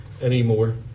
anymore